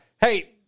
Hey